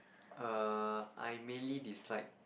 err I mainly dislike